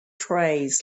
trays